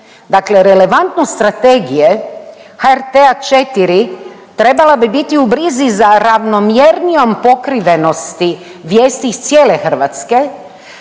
Dakle, relevantnost strategija HRT4 trebala bi biti u brizi za ravnomjernijom pokrivenosti vijesti iz cijele Hrvatske,